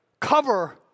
Cover